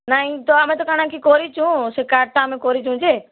ନାହିଁ ତ ଆମେ ତ କାଣା କି କରିଛୁଁ ସେ କାର୍ଡ଼୍ଟା ଆମେ କରିଛୁଁ ଯେ